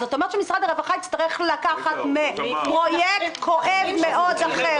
זאת אומרת שמשרד הרווחה יצטרך לקחת מפרויקט כואב מאוד אחר.